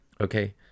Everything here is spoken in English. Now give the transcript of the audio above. Okay